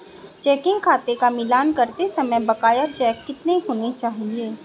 Checking खाते का मिलान करते समय बकाया चेक कितने होने चाहिए?